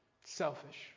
selfish